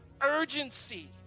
urgency